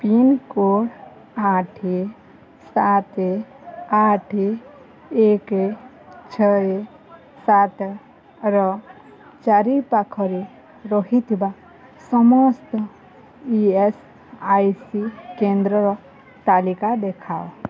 pincode ଆଠ ସାତ ଆଠ ଏକ ଛଅ ସାତର ଚାରିପାଖରେ ରହିଥିବା ସମସ୍ତ ଇ ଏସ୍ ଆଇ ସି କେନ୍ଦ୍ରର ତାଲିକା ଦେଖାଅ